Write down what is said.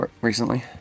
recently